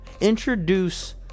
Introduce